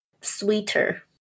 sweeter